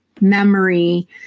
memory